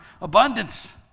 abundance